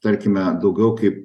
tarkime daugiau kaip